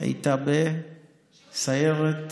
היית בסיירת